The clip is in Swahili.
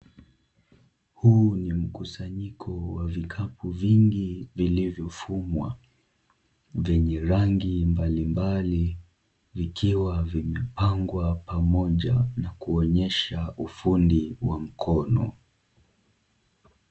Huu ni mkusanyiko wa vikapu vingi vilivyofumwa vyenye rangi mbalimbali vikiwa vimepangwa pamoja na kuonyesha ufundi wa mkono.